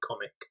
comic